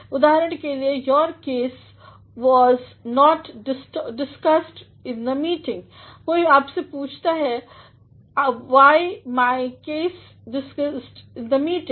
उदाहरण के लिए your case was not discussed in the meeting कोई आप पूछता है was my case discussed in the meeting